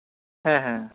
ᱦᱮᱸ ᱦᱮᱸ ᱦᱮᱸ